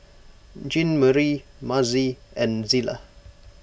Jeanmarie Mazie and Zela